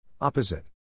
Opposite